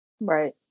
Right